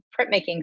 printmaking